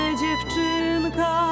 dziewczynka